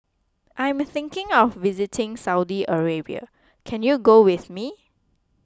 I'm thinking of visiting Saudi Arabia can you go with me